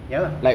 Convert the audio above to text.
ya lah